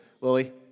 Lily